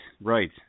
right